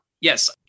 Yes